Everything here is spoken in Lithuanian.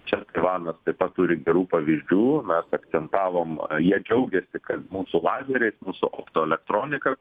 čia taivanas taip pat turi gerų pavyzdžių mes akcentavom jie džiaugiasi kad mūsų lazeriai mūsų optoelektronika